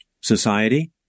society